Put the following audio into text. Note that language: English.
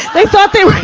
they thought they were